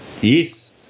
Yes